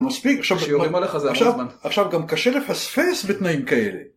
מספיק, עכשיו גם קשה לפספס בתנאים כאלה.